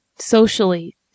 socially